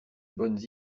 bonnes